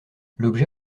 l’objet